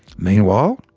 meanwhile,